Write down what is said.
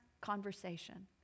conversation